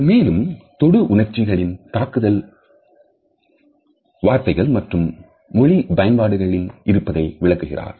அவள் மேலும் கொடு உணர்ச்சிகளின் தாக்குதல் வார்த்தைகள் மற்றும் மொழி பயன்பாடுகளில் இருப்பதை விளக்குகிறார்